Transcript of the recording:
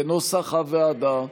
כנוסח הוועדה.